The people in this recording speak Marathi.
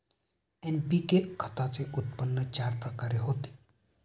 एन.पी.के खताचे उत्पन्न चार प्रकारे होते